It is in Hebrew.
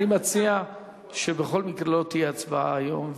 אני מציע שבכל מקרה לא תהיה הצבעה היום.